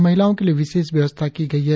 महिलाओं के लिए विशेष व्यवस्था की गई है